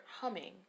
humming